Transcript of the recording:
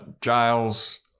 Giles